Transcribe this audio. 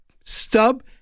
stub